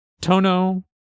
Tono